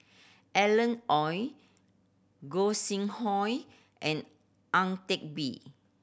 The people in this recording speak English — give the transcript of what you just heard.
Alan Oei Gog Sing Hooi and Ang Teck Bee